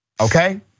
okay